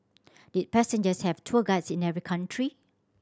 did passengers have tour guides in every country